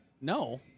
no